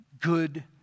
good